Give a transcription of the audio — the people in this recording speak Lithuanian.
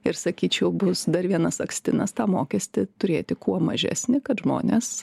ir sakyčiau bus dar vienas akstinas tą mokestį turėti kuo mažesnį kad žmonės